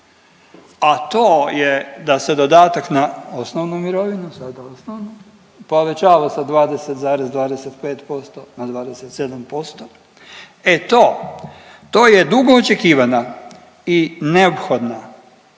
a to je da se dodatak na osnovnu mirovinu, sada osnovnu povećava sa 20,25% na 27%, e to. To je dugo očekivana i neophodna